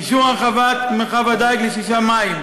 אישור הרחבת מרחב הדיג ל-6 מייל,